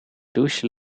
douche